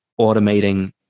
automating